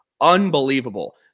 unbelievable